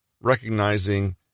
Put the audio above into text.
recognizing